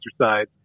exercise